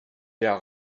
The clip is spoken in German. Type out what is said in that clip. der